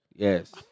Yes